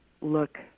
look